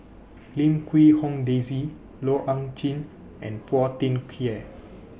Lim Quee Hong Daisy Loh Ah Chee and Phua Thin Kiay